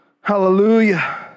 Hallelujah